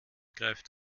greift